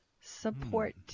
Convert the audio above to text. support